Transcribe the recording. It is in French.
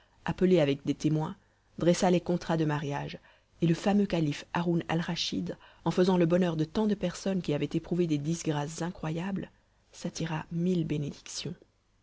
appelé avec des témoins dressa les contrats de mariage et le fameux calife haroun alraschid en faisant le bonheur de tant de personnes qui avaient éprouvé des disgrâces incroyables s'attira mille bénédictions